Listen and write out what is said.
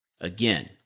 again